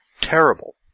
Terrible